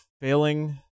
failing